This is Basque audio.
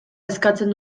eskatzen